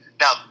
now